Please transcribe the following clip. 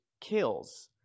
kills